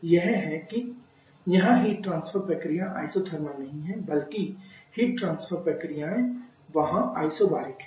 एक यह है कि यहाँ हीट ट्रांसफर प्रक्रियाएँ आइसोथर्मल नहीं हैं बल्कि हीट ट्रांसफर प्रक्रिया वहाँ आइसोबैरिक हैं